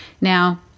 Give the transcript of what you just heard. now